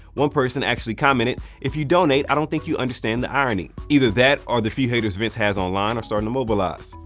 one person actually commented, if you donate, i don't think you understand the irony. either that, or the few haters vince has online are starting to mobilize.